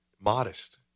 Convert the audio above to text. Modest